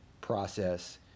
process